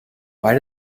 why